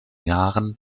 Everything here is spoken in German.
jahren